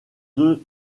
deux